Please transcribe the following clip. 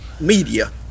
media